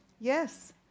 yes